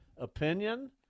opinion